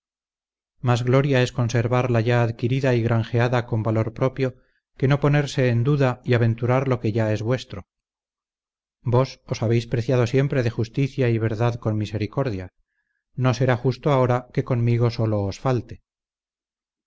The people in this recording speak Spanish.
más gloria es conservar la ya adquirida y granjeada con valor propio que no ponerse en duda y aventurar lo que ya es vuestro vos os habéis preciado siempre de justicia y verdad con misericordia no será justo ahora que conmigo solo os falte